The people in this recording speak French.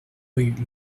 rue